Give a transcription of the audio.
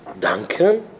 Danke